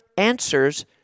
answers